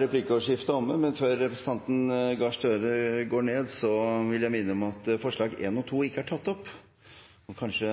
Replikkordskiftet er omme. Før representanten Gahr Støre går ned, vil jeg minne om at forslagene nr. 1 og 2 ikke er tatt opp, og kanskje